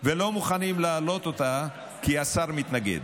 ולא מוכנים להעלות אותה, כי השר מתנגד.